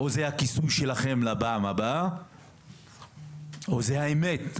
או שזה הכיסוי שלכם לפעם הבאה או שזאת האמת.